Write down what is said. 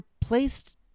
placed